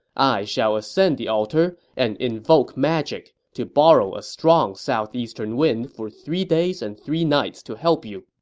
i shall ascend the altar and invoke magic to borrow a strong southeastern wind for three days and three nights to help you.